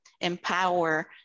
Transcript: empower